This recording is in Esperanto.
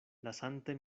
lasante